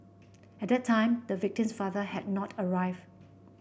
at that time the victim's father had not arrived